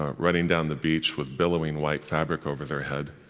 ah running down the beach with billowing white fabric over their head,